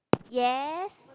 yes